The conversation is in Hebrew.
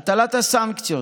הטלת הסנקציות,